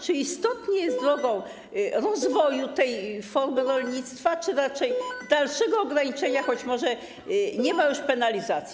Czy istotnie jest ona drogą rozwoju tej formy rolnictwa, czy raczej dalszego ograniczenia, choć może nie ma już penalizacji?